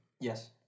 Yes